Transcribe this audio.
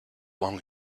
long